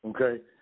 Okay